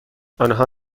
آنها